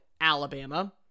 Alabama